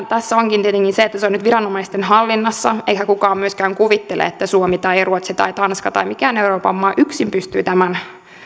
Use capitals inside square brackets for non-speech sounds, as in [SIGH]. [UNINTELLIGIBLE] tässä onkin tietenkin se että se on nyt viranomaisten hallinnassa eikä kukaan myöskään kuvittele että suomi tai ruotsi tai tanska tai mikään euroopan maa yksin pystyy tämän